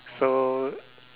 so